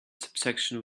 subsection